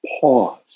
pause